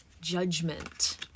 Judgment